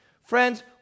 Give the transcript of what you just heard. Friends